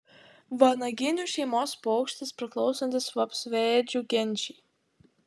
vanaginių šeimos paukštis priklausantis vapsvaėdžių genčiai